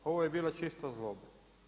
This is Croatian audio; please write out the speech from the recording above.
Ovo je bila čista zloba.